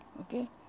okay